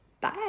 Bye